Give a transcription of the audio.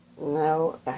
no